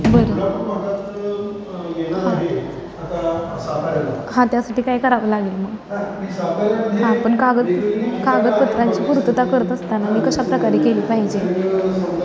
बरं हां हां त्यासाठी काय करावं लागेल मग हां पण कागद कागदपत्रांची पूर्तता करत असताना मी कशा प्रकारे केली पाहिजे